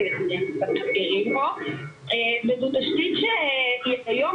והם העדיפו לא לקחת צ'אנס, אז הם כיבו את המצלמה.